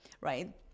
right